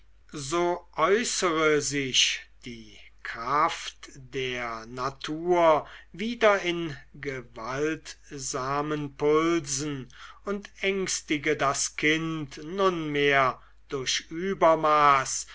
so äußere sich die kraft der natur wieder in gewaltsamen pulsen und ängstige das kind nunmehr durch übermaß